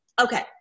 Okay